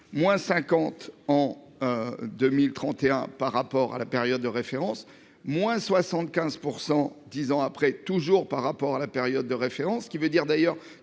Moins 50 en. 2031 par rapport à la période de référence, moins 75 pour 110 ans après, toujours par rapport à la période de référence, ce qui veut dire d'ailleurs